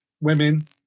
Women